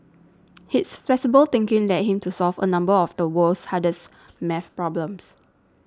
his flexible thinking led him to solve a number of the world's hardest maths problems